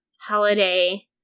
holiday